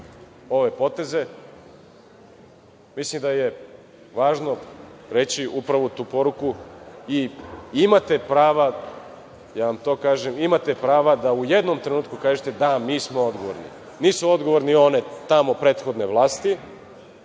ove poteze, mislim da je važno reći upravo tu poruku. Imate prava, ja vam to kažem, imate prava da u jednom trenutku kažete – da, mi smo odgovorni. Nisu odgovorne one tamo prethodne vlasti